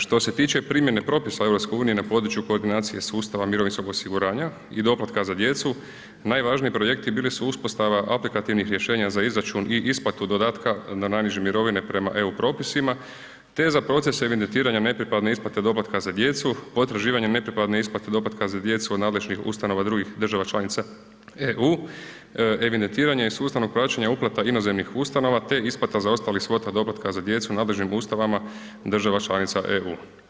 Što se tiče primjene propisa EU na području koordinacije sustava mirovinskog osiguranja i doplatka za djecu najvažniji projekti bili su uspostava aplikativnih rješenja za izračun i isplatu dodatka na najniže mirovine prema EU propisima, te za proces evidentiranja nepripadne isplate doplatka za djecu, potraživanje nepripadne isplate doplatka za djecu od nadležnih ustanova drugih država članica EU, evidentiranje i sustavno praćenje uplata inozemnih ustanova, te isplata zaostalih svota doplatka za djecu nadležnim ustanovama država članica EU.